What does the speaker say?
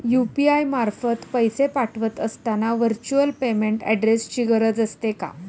UPI मार्फत पैसे पाठवत असताना व्हर्च्युअल पेमेंट ऍड्रेसची गरज असते का?